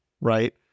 right